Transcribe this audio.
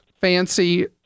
fancy